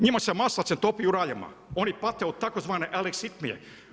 Njima se maslacem topi u raljama, oni pate od tzv. aleksitimije.